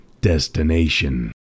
destination